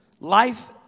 life